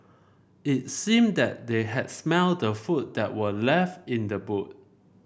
it seemed that they had smelt the food that were left in the boot